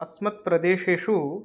अस्मत्प्रदेशेषु